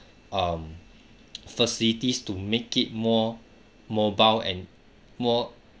um facilities to make it more mobile and more